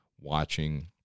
watching